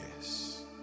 yes